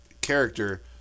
character